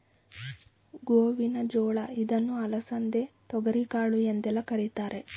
ಗೋವಿನ ಜೋಳ ಇದನ್ನು ಅಲಸಂದೆ, ತೊಗರಿಕಾಳು ಎಂದೆಲ್ಲ ಕರಿತಾರೆ